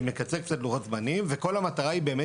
שמקצר קצת לוחות זמנים וכל המטרה היא בעצם